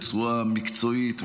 בצורה מקצועית,